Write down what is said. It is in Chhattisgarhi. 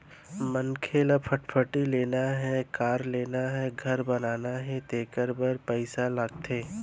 मनखे ल फटफटी लेना हे, कार लेना हे, घर बनाना हे तेखर बर पइसा लागथे